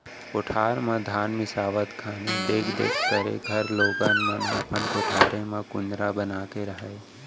कोठार म धान मिंसावत घनी देख देख करे घर लोगन मन अपन कोठारे म कुंदरा बना के रहयँ